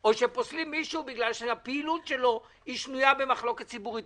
או שפוסלים מישהו בגלל שהפעילות שלו היא שנויה במחלוקת ציבורית,